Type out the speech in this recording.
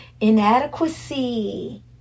inadequacy